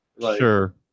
Sure